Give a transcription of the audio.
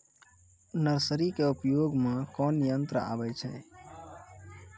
Nursery के उपयोग मे कोन यंत्र आबै छै?